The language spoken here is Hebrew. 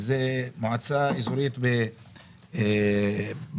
שהיא מועצה אזורית בדרום,